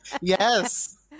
Yes